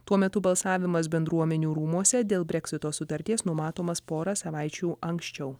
tuo metu balsavimas bendruomenių rūmuose dėl breksito sutarties numatomas porą savaičių anksčiau